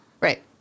Right